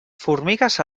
formigues